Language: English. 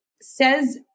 says